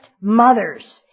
mothers